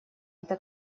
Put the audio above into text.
эта